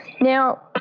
Now